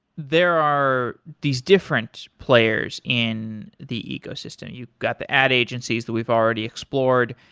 there are these different players in the ecosystem. you've got the ad agencies that we've already explored.